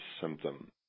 symptom